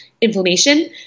inflammation